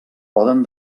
poden